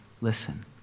listen